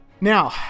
Now